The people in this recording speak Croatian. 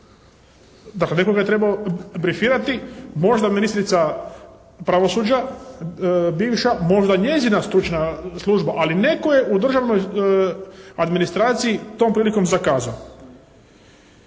Dakle nekoga je trebao brefirati. Možda ministrica pravosuđa, bivša, možda njezina stručna služba. Ali netko je u državnoj administraciji tom prilikom zakazao.